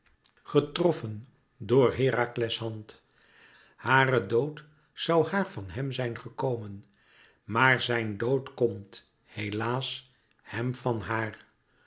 getroffen door herakles hand hare dood zoû haar van hèm zijn gekomen maar zijn dood komt helaas hem van haar